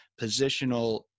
positional